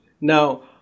Now